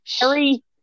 Harry